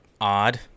odd